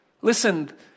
Listen